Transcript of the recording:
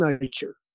nature